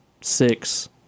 six